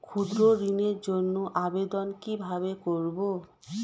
ক্ষুদ্র ঋণের জন্য আবেদন কিভাবে করব?